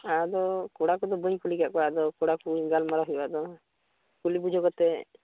ᱟᱫᱚ ᱠᱚᱲᱟ ᱠᱚᱫᱚ ᱵᱟᱹᱧ ᱠᱩᱞᱤᱭᱟᱠᱟᱫ ᱠᱚᱣᱟ ᱟᱫᱚ ᱠᱚᱲᱟ ᱠᱚ ᱜᱟᱞᱢᱟᱨᱟᱣ ᱦᱩᱭᱩᱜᱼᱟ ᱟᱫᱚ ᱠᱩᱞᱤ ᱵᱩᱡᱷᱟᱹᱣ ᱠᱟᱛᱮᱫ